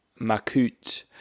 Makut